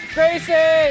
Tracy